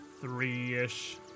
three-ish